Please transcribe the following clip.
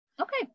Okay